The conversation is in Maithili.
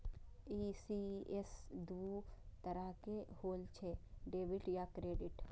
ई.सी.एस दू तरहक होइ छै, डेबिट आ क्रेडिट